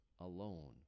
alone